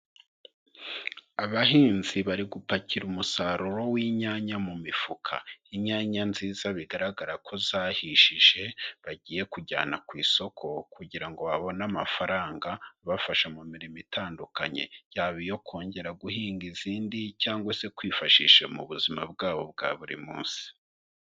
Abahinzi bari gupakira umusaruro w'inyanya mu mifuka. Inyanya nziza bigaragara ko zahishije, bagiye kujyana ku isoko, kugira ngo babone amafaranga, bafasha mu mirimo itandukanye. Yaba iyo kongera guhinga izindi, cyangwa se kwifashisha mu buzima bwabo bwa buri munsi.